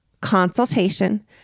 consultation